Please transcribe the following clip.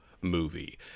movie